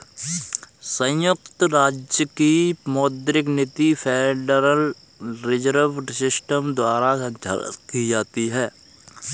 संयुक्त राज्य की मौद्रिक नीति फेडरल रिजर्व सिस्टम द्वारा संचालित की जाती है